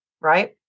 right